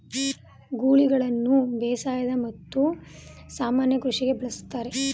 ಗೂಳಿಗಳನ್ನು ಬೇಸಾಯದ ಮತ್ತು ಸಾಮಾನ್ಯ ಕೃಷಿಗೆ ಬಳಸ್ತರೆ